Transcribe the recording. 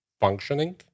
functioning